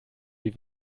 die